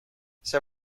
zij